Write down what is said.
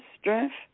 strength